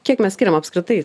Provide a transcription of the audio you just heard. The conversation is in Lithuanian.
kiek mes skiriam apskritai